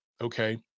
okay